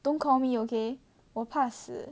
don't call me ok 我怕死